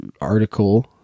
article